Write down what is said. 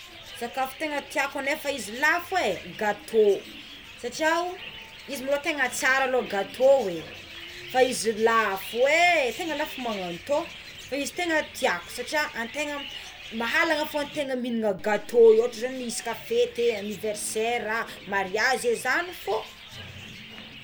Sakafo tegna tiako nefa izy lafo é gatô satri ao izy maloha tegna tsara aloa gatô é fa izy lafo éé tegna lafo magnagno tô fa izy tegna tiako satria antegna mahalana fô tegna mihinana gatô oatra isaka fety é aniverserà mariazy é zagny fô.